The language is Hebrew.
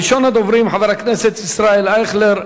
ראשון הדוברים, חבר הכנסת ישראל אייכלר,